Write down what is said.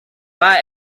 mae